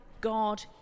God